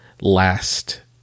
last